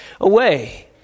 away